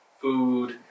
food